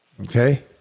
Okay